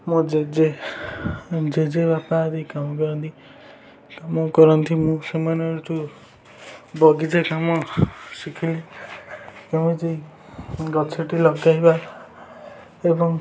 ମୋ ଜେଜେ ଜେଜେ ବାପା ଆଦି କାମ କରନ୍ତି କାମ କରନ୍ତି ମୁଁ ସେମାନଙ୍କ ଠୁ ବଗିଚା କାମ ଶିଖିଲି କେମିତି ଗଛଟି ଲଗାଇବା ଏବଂ